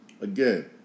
again